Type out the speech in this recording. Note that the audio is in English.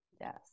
yes